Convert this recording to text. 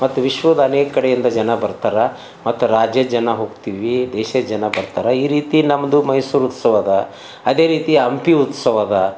ಮತ್ತು ವಿಶ್ವದ ಅನೇಕ ಕಡೆಯಿಂದ ಜನ ಬರ್ತಾರೆ ಮತ್ತು ರಾಜ್ಯದ ಜನ ಹೋಗ್ತೀವಿ ದೇಶದ ಜನ ಬರ್ತಾರೆ ಈ ರೀತಿ ನಮ್ಮದು ಮೈಸೂರು ಉತ್ಸವ ಅದಾ ಅದೇ ರೀತಿ ಹಂಪಿ ಉತ್ಸವ ಅದಾ